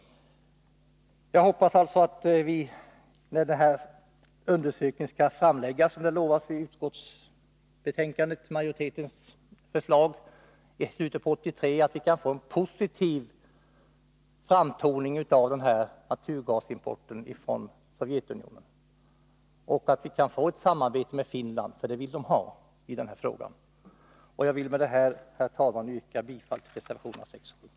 Jag hoppas alltså att vi, när den undersökning som utlovats i utskottsmajoritetens förslag är färdig i slutet på 1983, skall få en positiv framtoning av naturgasimporten från Sovjetunionen och att vi kan få ett samarbete med Finland, för det vill Finland ha i den här frågan. Med detta, herr talman, yrkar jag bifall till reservationerna 6 och 7.